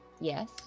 Yes